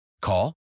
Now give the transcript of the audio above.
Call